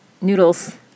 noodles